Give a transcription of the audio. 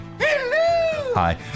Hi